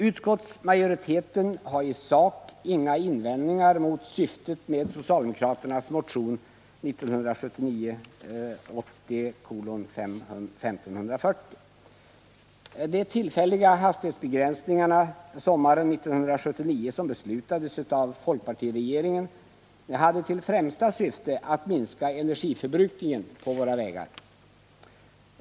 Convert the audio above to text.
Utskottsmajoriteten har i sak inga invändningar mot syftet med socialdemokraternas motion 1979/80:1540. De tillfälliga hastighetsbegränsningarna sommaren 1979, som beslutades av folkpartiregeringen, hade till främsta syfte att minska energiförbrukningen på våra vägar.